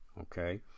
Okay